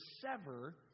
sever